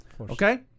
okay